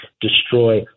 destroy